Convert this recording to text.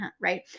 right